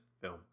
film